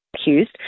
accused